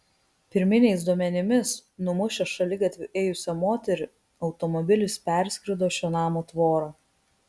pirminiais duomenimis numušęs šaligatviu ėjusią moterį automobilis perskrido šio namo tvorą